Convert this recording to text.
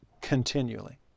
continually